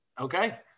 Okay